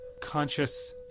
conscious